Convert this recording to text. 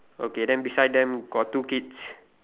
okay then beside them got two kids